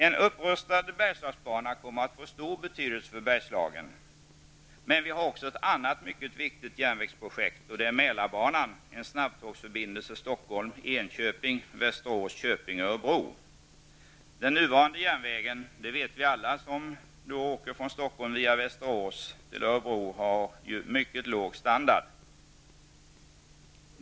En upprustad Bergslagsbana kommer att få stor betydelse för Bergslagen. Ett annat mycket viktigt järnvägsprojekt är Mälarbanan, en snabbtågsförbindelse Stockholm--Enköping-- Stockholm via Västerås till Örebro vet att den nuvarande järnvägen har en mycket låg standard.